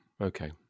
Okay